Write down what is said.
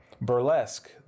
Burlesque